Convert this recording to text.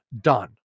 done